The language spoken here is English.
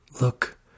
Look